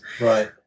Right